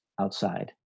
outside